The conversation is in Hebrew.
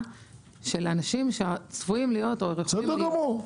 של אנשים שצפויים להיות --- בסדר גמור.